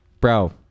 bro